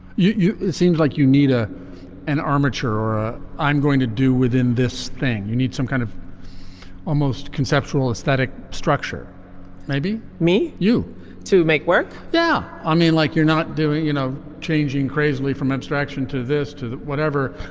you you seemed like you need a an armature or i'm going to do within this thing. you need some kind of almost conceptual aesthetic structure maybe me you make work now i mean like you're not doing you know changing crazily from abstraction to this to whatever.